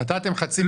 נתתם חצי מיליארד.